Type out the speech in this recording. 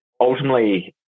ultimately